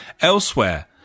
Elsewhere